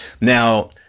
Now